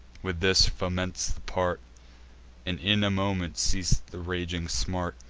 with this foments the part and in a moment ceas'd the raging smart.